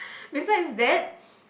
besides that